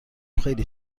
خیلی